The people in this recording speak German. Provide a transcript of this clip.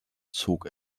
zog